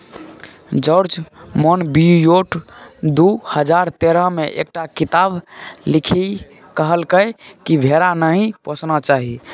George Monbiot दु हजार तेरह मे एकटा किताप लिखि कहलकै कि भेड़ा नहि पोसना चाही